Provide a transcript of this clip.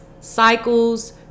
cycles